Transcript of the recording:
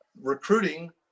recruiting